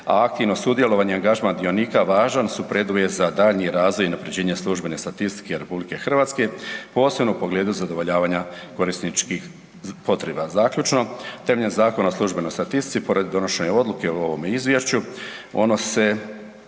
A aktivno sudjelovanje i angažman dionika važan su preduvjet za daljnji razvoj i unaprjeđenje službene statistike RH, posebno u pogledu zadovoljavanja korisničkih potreba. Zaključno, temeljem Zakona o službenoj statistici, pored donošenja odluke o ovome izvješću ono se